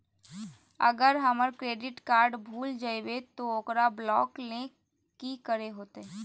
अगर हमर credit card भूल जइबे तो ओकरा ब्लॉक लें कि करे होते?